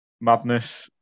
Madness